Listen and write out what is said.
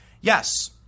Yes